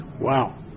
wow